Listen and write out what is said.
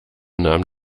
nahm